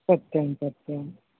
सत्यं सत्यम्